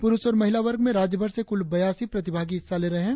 पुरुष और महिला वर्ग में राज्यभर से कुल बयासी प्रतिभागी हिस्सा ले रहे है